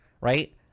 right